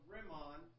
Rimon